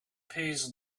pays